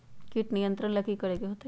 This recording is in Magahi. किट नियंत्रण ला कि करे के होतइ?